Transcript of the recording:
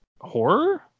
horror